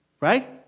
right